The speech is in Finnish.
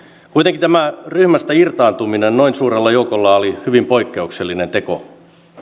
kuitenkin tämä ryhmästä irtaantuminen noin suurella joukolla oli hyvin poikkeuksellinen teko